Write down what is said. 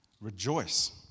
rejoice